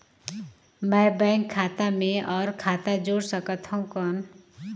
मैं बैंक खाता मे और खाता जोड़ सकथव कौन?